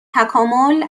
تکامل